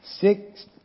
Six